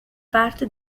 parte